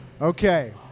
Okay